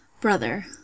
Brother